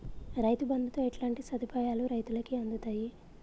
రైతు బంధుతో ఎట్లాంటి సదుపాయాలు రైతులకి అందుతయి?